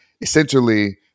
essentially